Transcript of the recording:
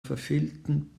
verfehlten